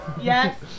Yes